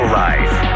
life